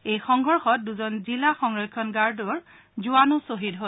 এই সংঘৰ্যত দুজন জিলা সংৰক্ষণ গাৰ্ডৰ জোৱানো শ্বহীদ হয়